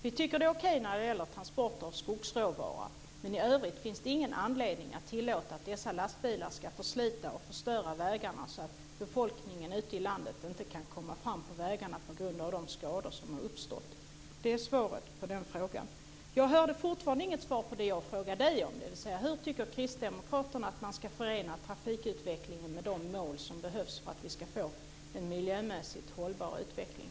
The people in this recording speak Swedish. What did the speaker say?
Vi tycker att det är okej när det gäller transporter av skogsråvara, men i övrigt finns det ingen anledning att tillåta att dessa lastbilar ska få slita ned och förstöra vägarna så att befolkningen ute i landet inte kan komma fram på grund av de skador som uppstått. Det är svaret på den frågan. Jag har fortfarande inte fått något svar på det som jag har frågat Johnny Gylling om. Tycker kristdemokraterna att man ska förena trafikutvecklingen med de mål som behövs för att vi ska få en miljömässigt hållbar utveckling?